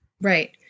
Right